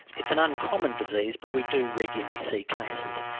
it's an uncommon disease but we do regularly see cases.